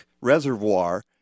Reservoir